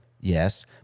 Yes